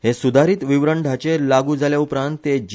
हे सुधारित विवरण ढाचे लागू जाल्या उपरांत ते जि